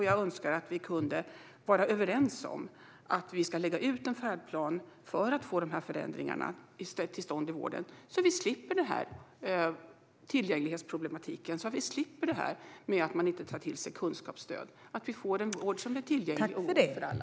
Jag önskar att vi kunde vara överens om att vi ska lägga ut en färdplan för att få till stånd dessa förändringar i vården så att vi slipper tillgänglighetsproblematiken och problemen med att man inte tar till sig kunskapsstöd och får en vård som är tillgänglig och god för alla.